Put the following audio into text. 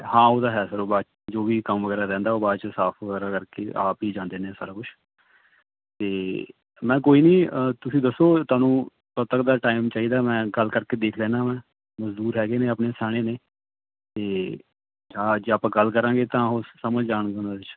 ਹਾਂ ਉਹਦਾ ਹੈ ਸਰ ਜੋ ਵੀ ਕੰਮ ਵਗੈਰਾ ਰਹਿੰਦਾ ਉਹ ਬਾਅਦ 'ਚ ਸਾਫ਼ ਵਗੈਰਾ ਕਰਕੇ ਆਪ ਹੀ ਜਾਂਦੇ ਨੇ ਸਾਰਾ ਕੁਛ ਅਤੇ ਮੈਂ ਕੋਈ ਨਹੀਂ ਤੁਸੀਂ ਦੱਸੋ ਤੁਹਾਨੂੰ ਕਦੋਂ ਤੱਕ ਦਾ ਟਾਈਮ ਚਾਹੀਦਾ ਮੈਂ ਗੱਲ ਕਰ ਕੇ ਦੇਖ ਲੈਂਦਾ ਵਾ ਮਜ਼ਦੂਰ ਹੈਗੇ ਨੇ ਸਿਆਣੇ ਨੇ ਅਤੇ ਹਾਂ ਜੇ ਆਪਾਂ ਗੱਲ ਕਰਾਂਗੇ ਤਾਂ ਉਹ ਸਮਝ ਜਾਣਗੇ